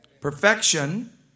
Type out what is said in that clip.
Perfection